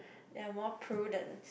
ya more prudent